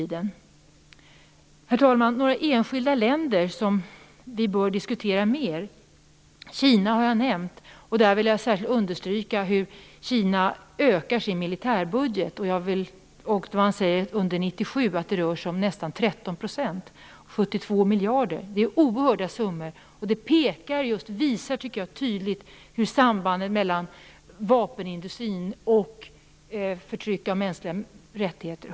Det finns några enskilda länder som vi bör diskutera mer. Kina har jag redan nämnt, och där vill jag särskilt understryka hur Kina ökar sin militärbudget. Man säger att det under 1997 rör sig om nästan 13 % eller 72 miljarder. Det är oerhörda summor, och det tycker jag tydligt visar på sambandet mellan vapenindustrin och förtrycket av mänskliga rättigheter.